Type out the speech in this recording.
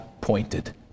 pointed